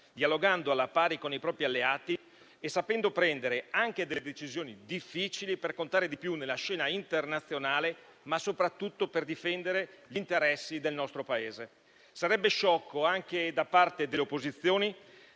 dialogando alla pari con i propri alleati e sapendo prendere anche decisioni difficili per contare di più nella scena internazionale, ma soprattutto per difendere gli interessi del nostro Paese. Sarebbe sciocco anche da parte delle opposizioni